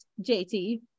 JT